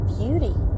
beauty